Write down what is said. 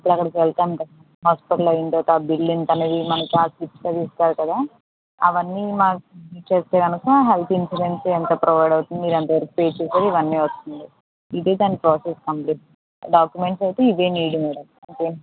ఇప్పుడు అక్కడికి వెళ్తాం కదా హాస్పిటల్ అయిన తర్వాత ఆ బిల్ ఎంత అనేది ఆ స్లిప్స్ అవి ఇస్తారు కదా అవన్నీ మాకు చెప్తే కనుక హెల్త్ ఇన్సూరెన్స్ ఎంత ప్రోవైడ్ అవుతుంది మీరు ఎంత వరకు పే చేయగలరు ఇవన్నీ వస్తుంది ఇదే దాని ప్రాసెస్ అండి డాక్యుమెంట్స్ అయితే ఇవే నీడ్ మేడం